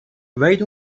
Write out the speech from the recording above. وحید